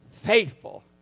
faithful